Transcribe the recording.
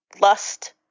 lust